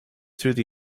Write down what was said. through